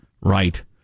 Right